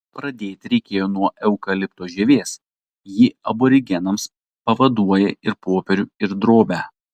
pradėti reikėjo nuo eukalipto žievės ji aborigenams pavaduoja ir popierių ir drobę